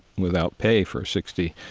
without pay for sixty